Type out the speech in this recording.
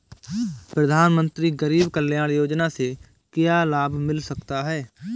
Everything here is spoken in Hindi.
प्रधानमंत्री गरीब कल्याण योजना से क्या लाभ मिल सकता है?